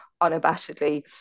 unabashedly